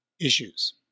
issues